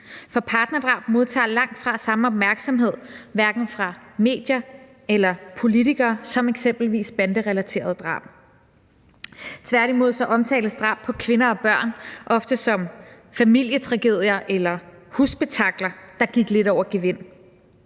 for partnerdrab modtager langtfra samme opmærksomhed hverken fra medier eller politikere som eksempelvis banderelaterede drab. Tværtimod omtales drab på kvinder og børn ofte som familietragedier eller husspektakler, der gik lidt over gevind.